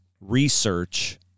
research